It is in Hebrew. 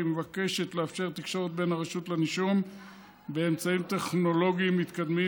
היא מבקשת לאפשר תקשורת בין הרשות לנישום באמצעים טכנולוגיים מתקדמים.